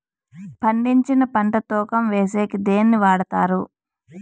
పండించిన పంట తూకం వేసేకి దేన్ని వాడతారు?